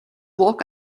walk